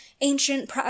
ancient